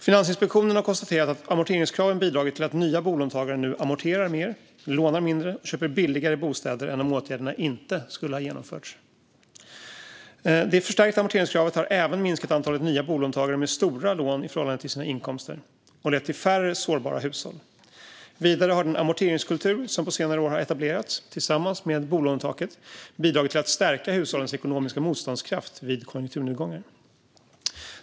Finansinspektionen har konstaterat att amorteringskraven bidragit till att nya bolånetagare nu amorterar mer, lånar mindre och köper billigare bostäder än om åtgärderna inte skulle ha genomförts. Det förstärkta amorteringskravet har även minskat antalet nya bolånetagare med stora lån i förhållande till sina inkomster och lett till färre sårbara hushåll. Vidare har den amorteringskultur som på senare år har etablerats, tillsammans med bolånetaket, bidragit till att stärka hushållens ekonomiska motståndskraft vid konjunkturnedgångar.